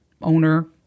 owner